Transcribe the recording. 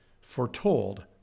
foretold